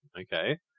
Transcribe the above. okay